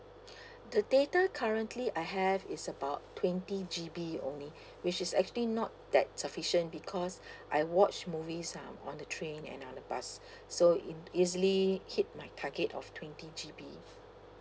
the data currently I have is about twenty G_B only which is actually not that sufficient because I watch movies um on the train and uh the bus so it easily hit my target of twenty G_B